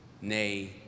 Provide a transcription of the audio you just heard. nay